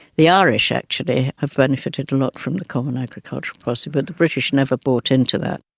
the irish actually have benefited a lot from the common agricultural policy, but the british never bought into that.